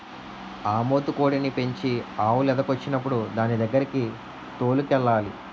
ఆంబోతు కోడిని పెంచి ఆవు లేదకొచ్చినప్పుడు దానిదగ్గరకి తోలుకెళ్లాలి